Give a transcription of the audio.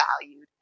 valued